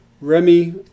Remy